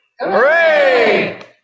hooray